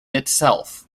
itself